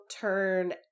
turn